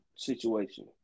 situation